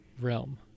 realm